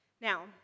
Now